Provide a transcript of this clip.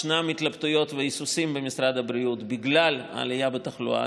ישנם התלבטויות והיסוסים במשרד הבריאות בגלל העלייה בתחלואה.